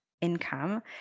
Income